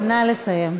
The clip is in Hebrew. נא לסיים.